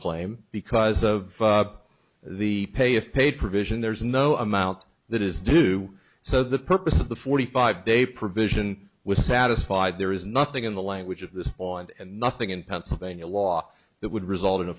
claim because of the pay if paid provision there is no amount that is due so the purpose of the forty five day provision was satisfied there is nothing in the language of this oil and nothing in pennsylvania law that would result in a